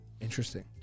Interesting